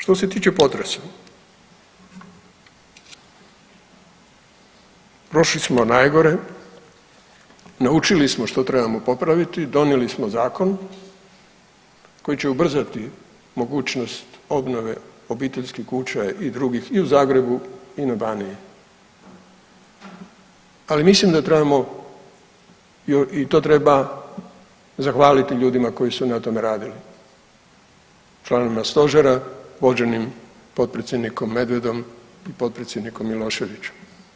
Što se tiče potresa prošli smo najgore, naučili smo što trebamo popraviti, donijeli smo zakon koji će ubrzati mogućnost obnove obiteljskih kuća i drugih i u Zagrebu i na Baniji, ali mislim da trebamo i to treba zahvaliti ljudima koji su na tome radili, članovima stožera vođenim potpredsjednikom Medvedom i potpredsjednikom Miloševićem.